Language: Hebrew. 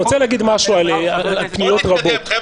אני רוצה להגיד משהו על פניות רבות,